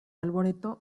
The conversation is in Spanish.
arboreto